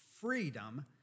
freedom